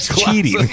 cheating